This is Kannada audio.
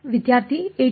ವಿದ್ಯಾರ್ಥಿa2